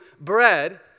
bread